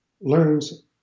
learns